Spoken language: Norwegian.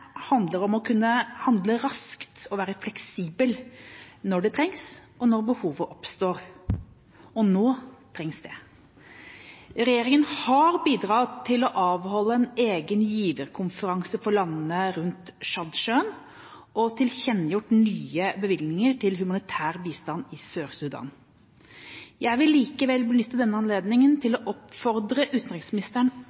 handler om å kunne handle raskt og være fleksibel når det trengs, og når behovet oppstår – og nå trengs det. Regjeringa har bidratt til å avholde en egen giverkonferanse for landene rundt Tsjadsjøen og har tilkjennegjort nye bevilgninger til humanitær bistand i Sør-Sudan. Jeg vil likevel benytte denne anledningen